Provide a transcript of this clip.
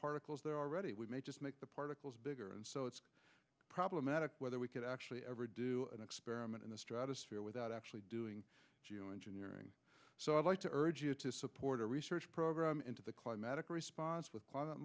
particles there already we may just make the particles bigger and so it's problematic whether we could actually ever do an experiment in the stratosphere without actually doing geo engineering so i'd like to urge you to support a research program into the climatic response with climate